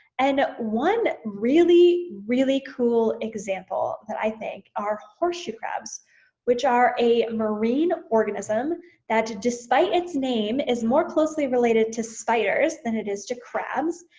and one really, really cool example that i think are horseshoe crabs which are a marine organism that despite its name is more closely related to spiders, then it is to crabs,